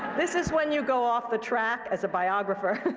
this is when you go off the track as a biographer.